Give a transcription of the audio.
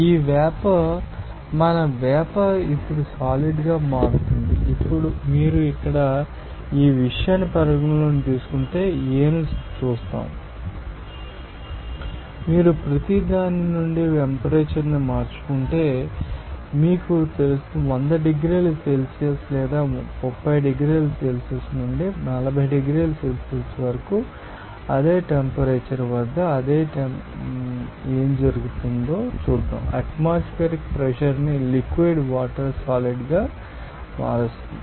ఈ వేపర్ మన వేపర్ ఇప్పుడు సాలిడ్గా మారుతుంది మీరు ఇక్కడ ఆ విషయాన్ని పరిగణనలోకి తీసుకుంటే A ను చూస్తాము మీరు ప్రతి దాని నుండి టెంపరేచర్ను మార్చుకుంటే మీకు తెలుస్తుంది 100 డిగ్రీల సెల్సియస్ లేదా 30 డిగ్రీల సెల్సియస్ నుండి 40 డిగ్రీల సెల్సియస్ వరకు అదే టెంపరేచర్ వద్ద అదే టెంపరేచర్ వద్ద ఏమి జరుగుతుందో అనుకుందాం అట్మాస్పియర్ ప్రెషర్ న్ని లిక్విడ్ వాటర్ సాలిడ్గా మారుస్తుంది